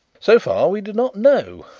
so far we do not know.